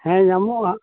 ᱦᱮᱸ ᱧᱟᱢᱚᱜᱼᱟ